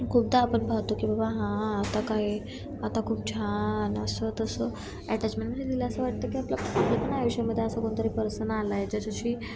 खूपदा आपण पाहतो की बाबा हां आता काय आहे आता खूप छान असं तसं ॲटॅचमेंट म्हणजे तिला असं वाटतं की आपलं आपलं पण आयुष्यामध्ये असं कोणतरी पर्सन आलं आहे ज्याच्याशी